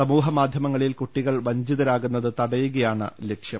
സമൂഹമാധ്യമങ്ങളിൽ കുട്ടികൾ വഞ്ചിതരാകുന്നത് തടയുകയാണ് ലക്ഷ്യം